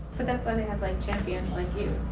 but that's why they have like champions like you.